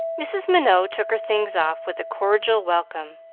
mrs. minot took her things off with a cordial welcome,